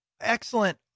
Excellent